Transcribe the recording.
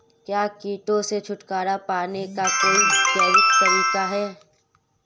क्या कीटों से छुटकारा पाने का कोई जैविक तरीका है?